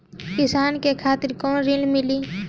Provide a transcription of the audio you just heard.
किसान के खातिर कौन ऋण मिली?